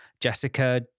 Jessica